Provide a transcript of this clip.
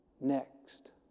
next